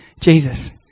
Jesus